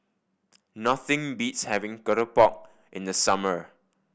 nothing beats having keropok in the summer